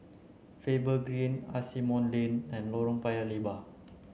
Faber Green Asimont Lane and Lorong Paya Lebar